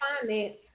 finance